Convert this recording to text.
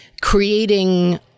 creating